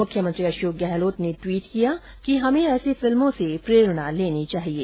मुख्यमंत्री अशोक गहलोत ने टवीट किया कि हमे ऐसी फिल्मो से प्रेरणा लेनी चाहिये